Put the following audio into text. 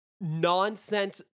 nonsense